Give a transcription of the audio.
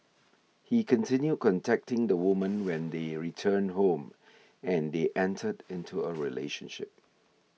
he continued contacting the woman when they returned home and they entered into a relationship